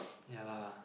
ya lah